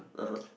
ah !huh!